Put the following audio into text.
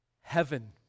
heaven